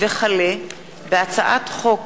הצעת חוק